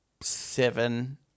seven